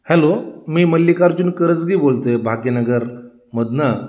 hello मी मल्लिकार्जून करजगे बोलतो आहे भाग्यनगरमधून